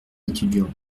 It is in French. étudiant